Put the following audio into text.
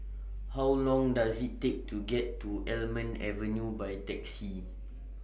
How Long Does IT Take to get to Almond Avenue By Taxi